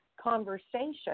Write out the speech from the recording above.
conversation